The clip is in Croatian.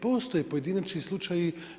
Postoje pojedinačni slučajevi.